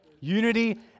Unity